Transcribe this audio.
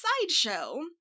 sideshow